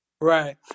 Right